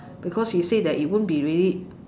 because he say that it won't be really